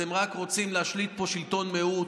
אתם רק רוצים להשליט פה שלטון מיעוט.